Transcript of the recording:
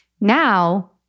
Now